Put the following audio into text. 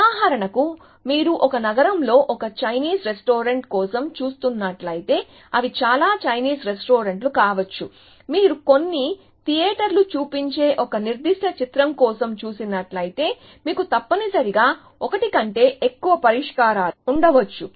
ఉదాహరణకు మీరు ఒక నగరంలో ఒక చైనీస్ రెస్టారెంట్ కోసం చూస్తున్నట్లయితే అవి చాలా చైనీస్ రెస్టారెంట్లు కావచ్చు మీరు కొన్ని థియేటర్లలో చూపించే ఒక నిర్దిష్ట చిత్రం కోసం చూస్తున్నట్లయితే మీకు తప్పనిసరిగా ఒకటి కంటే ఎక్కువ పరిష్కారాలు ఉండవచ్చు